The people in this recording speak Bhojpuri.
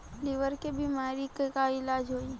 लीवर के बीमारी के का इलाज होई?